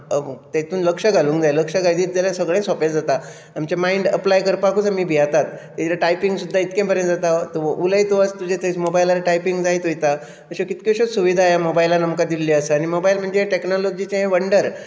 तातूंत लक्ष घालूंक जाय लक्ष घालीत जाल्यार सगळें सोंपें जाता आमचें मायंड अप्लाय करपाकूच आमी भियेतात टायपींग सुद्दा इतकें बरें जाता उलयत वच आनी तुज्या मोबायलार तें टायपींग जायत वता अशें कितल्योश्योच सुविधा ह्या मोबायलान आमकां दिल्ल्यो आसा मोबायल म्हणजें हें टॅक्नोलोजीचें वंडर